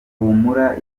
humura